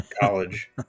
college